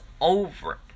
over